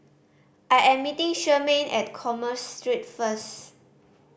I am meeting Charmaine at Commerce Street first